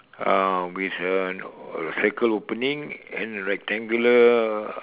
uh with a a circle opening and rectangular